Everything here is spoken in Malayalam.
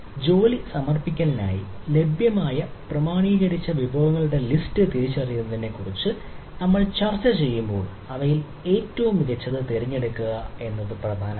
ജോലി സമർപ്പിക്കലിനായി ലഭ്യമായ പ്രാമാണീകരിച്ച വിഭവങ്ങളുടെ ലിസ്റ്റ് തിരിച്ചറിയുന്നതിനെക്കുറിച്ച് നമ്മൾ ചർച്ചചെയ്യുമ്പോൾ അവയിൽ ഏറ്റവും മികച്ചത് തിരഞ്ഞെടുക്കുക എന്നത് പ്രധാനമാണ്